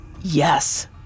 Yes